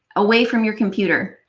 away from your computer.